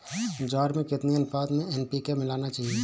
ज्वार में कितनी अनुपात में एन.पी.के मिलाना चाहिए?